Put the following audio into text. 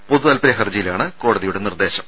പൊതുതാത്പര്യ ഹർജിയിലാണ് കോടതിയുടെ നിർദ്ദേശം